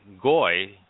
Goy